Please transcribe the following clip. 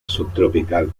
subtropical